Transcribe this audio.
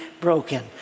broken